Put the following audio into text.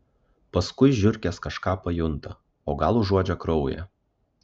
paskui žiurkės kažką pajunta o gal užuodžia kraują